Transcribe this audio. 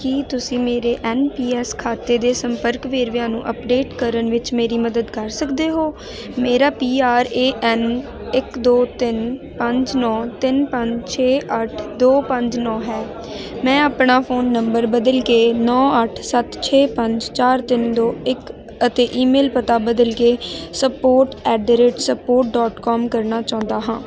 ਕੀ ਤੁਸੀਂ ਮੇਰੇ N P S ਖਾਤੇ ਦੇ ਸੰਪਰਕ ਵੇਰਵਿਆਂ ਨੂੰ ਅਪਡੇਟ ਕਰਨ ਵਿੱਚ ਮੇਰੀ ਮਦਦ ਕਰ ਸਕਦੇ ਹੋ ਮੇਰਾ ਪੀ ਆਰ ਏ ਐੱਨ ਇੱਕ ਦੋ ਤਿੰਨ ਪੰਜ ਨੌਂ ਤਿੰਨ ਪੰਜ ਛੇ ਅੱਠ ਦੋ ਪੰਜ ਨੌਂ ਹੈ ਮੈਂ ਆਪਣਾ ਫ਼ੋਨ ਨੰਬਰ ਬਦਲ ਕੇ ਨੌਂ ਅੱਠ ਸੱਤ ਛੇ ਪੰਜ ਚਾਰ ਤਿੰਨ ਦੋ ਇੱਕ ਅਤੇ ਈਮੇਲ ਪਤਾ ਬਦਲ ਕੇ support at the rate support dot com ਕਰਨਾ ਚਾਹੁੰਦਾ ਹਾਂ